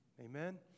Amen